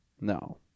No